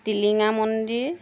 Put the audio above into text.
টিলিঙা মন্দিৰ